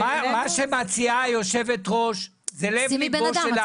מה שמציע יושבת הראש זה לב ליבו של -- שימי בן אדם,